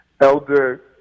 Elder